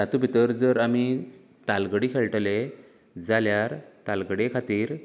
तातूं भितर जर आमी तालगडी खेळटले जाल्यार तालगडे खातीर